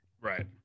Right